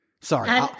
Sorry